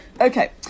Okay